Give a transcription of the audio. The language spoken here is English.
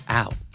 out